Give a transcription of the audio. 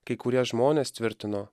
kai kurie žmonės tvirtino